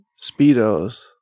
Speedos